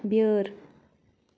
بیٲر